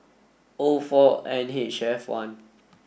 O four N H F one